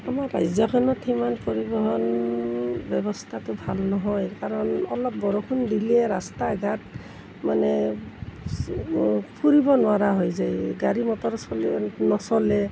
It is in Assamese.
আমাৰ ৰাজ্যখনত সিমান পৰিবহণ ব্যৱস্থাটো ভাল নহয় কাৰণ অলপ বৰষুণ দিলেই ৰাস্তা ঘাট মানে ফুৰিব নোৱাৰা হৈ যায় গাড়ী মটৰ নচলে